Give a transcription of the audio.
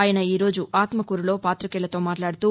ఆయన ఈ రోజు ఆత్మకూరులో పాతికేయులతో మాట్లాడుతూ